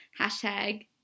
hashtag